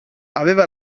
aveva